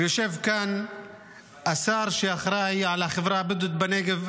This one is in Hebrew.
ויושב כאן השר שאחראי לחברה הבדואית בנגב.